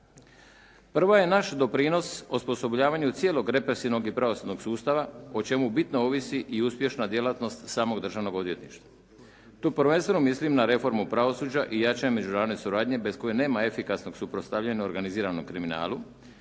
Prvo je naš doprinos osposobljavanju cijelog represivnog i pravosudnog sustava o čemu bitno ovisi i uspješna djelatnost samog državnog odvjetništva. Tu prvenstveno mislim na reformu međunarodnog pravosuđa i jačanje međunarodne suradnje bez koje nema efikasnost suprotstavljanja organiziranom kriminalu